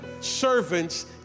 servants